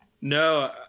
No